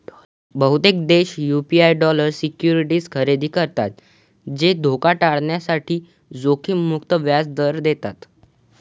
बहुतेक देश US dollar securities खरेदी करतात जे धोका टाळण्यासाठी जोखीम मुक्त व्याज दर देतात